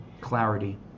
clarity